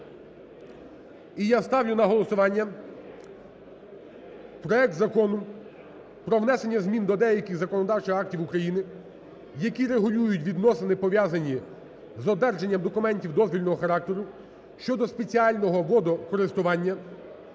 і я ставлю на голосування проект Закону про внесення змін до деяких законодавчих актів України, які регулюють відносини, пов'язані з одержанням документів дозвільного характеру (щодо спеціального водокористування)